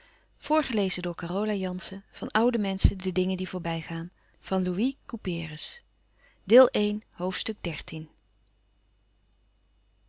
van oude menschen de dingen die voorbij gaan ste deel van